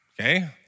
Okay